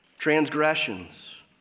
transgressions